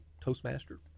Toastmaster